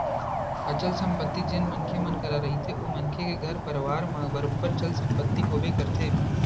अचल संपत्ति जेन मनखे मन करा रहिथे ओ मनखे के घर परवार म बरोबर चल संपत्ति होबे करथे